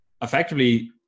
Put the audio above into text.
Effectively